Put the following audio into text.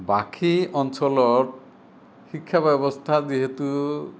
বাকী অঞ্চলত শিক্ষা ব্যৱস্থা যিহেতু